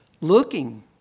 looking